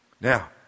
Now